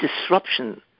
disruption